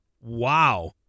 Wow